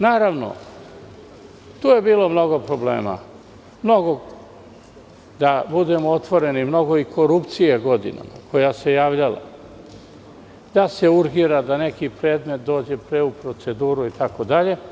Naravno, tu je bilo i mnogo problema, da budemo otvoreni, mnogo i korupcijekoja se javljala godinama, da se urgira da neki predmet dođe pre u proceduru itd.